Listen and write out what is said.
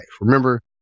Remember